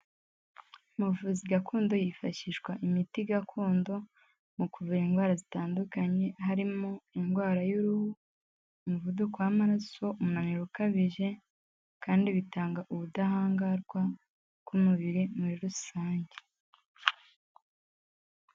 Mu buvuzi gakondo hifashishwa imiti gakondo mu kuvura indwara zitandukanye, harimo indwara y'uruhu, umuvuduko w'amaraso, umunaniro ukabije kandi bitanga ubudahangarwa bw'umubiri muri rusange.